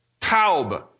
taub